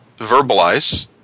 verbalize